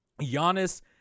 Giannis